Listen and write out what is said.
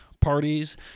parties